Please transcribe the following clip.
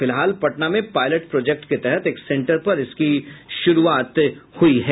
फिलहाल पटना में pilot project के तहत एक सेंटर पर इसकी शुरूआत हुयी है